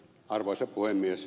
arvoisa puhemies